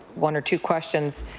one or two questions.